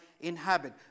inhabit